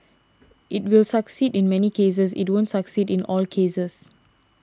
it will succeed in many cases it won't succeed in all cases